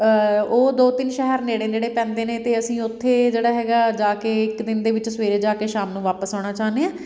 ਉਹ ਦੋ ਤਿੰਨ ਸ਼ਹਿਰ ਨੇੜੇ ਨੇੜੇ ਪੈਂਦੇ ਨੇ ਅਤੇ ਅਸੀਂ ਉੱਥੇ ਜਿਹੜਾ ਹੈਗਾ ਜਾ ਕੇ ਇੱਕ ਦਿਨ ਦੇ ਵਿੱਚ ਸਵੇਰੇ ਜਾ ਕੇ ਸ਼ਾਮ ਨੂੰ ਵਾਪਸ ਆਉਣਾ ਚਾਹੁੰਦੇ ਹਾਂ